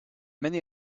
many